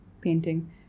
painting